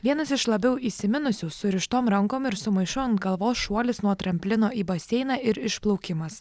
vienas iš labiau įsiminusių surištom rankom ir su maišu ant kalvos šuolis nuo tramplino į baseiną ir išplaukimas